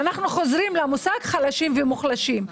אנחנו חוזרים למושג חלשים ומוחלשים.